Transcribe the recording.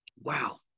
wow